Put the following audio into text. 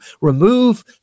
remove